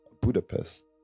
Budapest